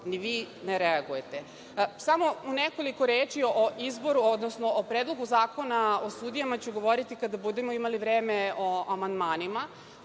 ni vi ne reagujete. Samo nekoliko reči o izboru, odnosno o Predlogu zakona o sudijama ću govoriti kada budemo imali vreme o amandmanima,